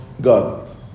God